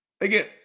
Again